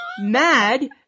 mad